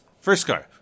Frisco